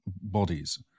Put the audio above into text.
bodies